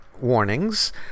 warnings